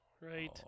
right